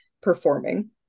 performing